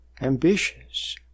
Ambitious